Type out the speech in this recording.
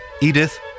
Edith